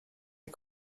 les